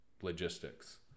logistics